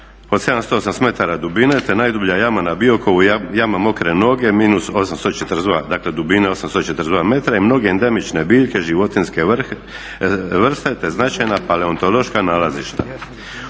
od 780 m dubine, te najdublja jama na Biokovu jama Mokre noge -842, dakle dubine 842 m i mnoge endemične biljke životinjske vrste, te značajna paleontološka nalazišta.